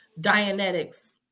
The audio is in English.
Dianetics